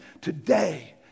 today